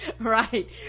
right